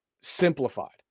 simplified